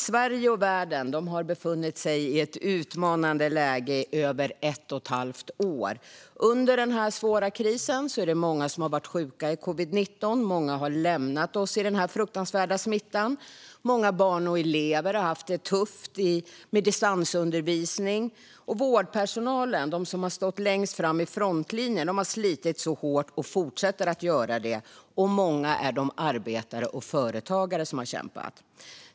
Sverige och världen har befunnit sig i ett utmanande läge i över ett och ett halvt år. Under den här svåra krisen har många varit sjuka i covid-19, och många har lämnat oss i denna fruktansvärda smitta. Många barn och elever har haft det tufft med distansundervisning. Vårdpersonalen, som stått längst fram i frontlinjen, har slitit så hårt och fortsätter att göra det, och många är de arbetare och företagare som har kämpat.